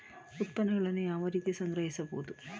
ಉತ್ಪನ್ನವನ್ನು ಯಾವ ರೀತಿ ಸಂಗ್ರಹಿಸಬಹುದು?